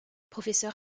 professeur